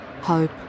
hope